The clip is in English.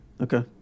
Okay